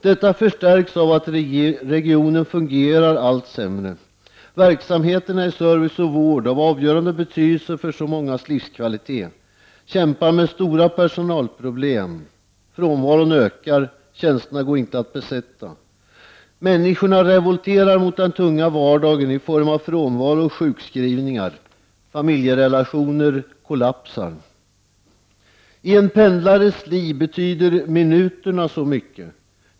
Detta förstärks av att regionen fungerar allt sämre. Verksamheter inom service och vård, som är av avgörande betydelse för så mångas livskvalitet, kämpar med stora personalproblem, frånvaron ökar och tjänsterna går inte att besätta. Människorna revolterar mot den tunga vardagen i form av frånvaro och sjukskrivningar. Familjerelationer kollapsar. I en pendlares liv betyder minuterna så mycket.